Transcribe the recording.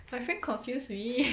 my friend confuse me